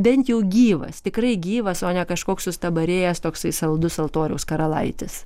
bent jau gyvas tikrai gyvas o ne kažkoks sustabarėjęs toksai saldus altoriaus karalaitis